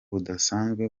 budasanzwe